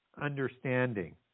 understanding